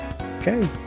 Okay